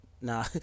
Nah